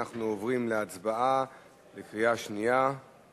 סעיפים 1 35 נתקבלו.